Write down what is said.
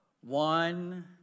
One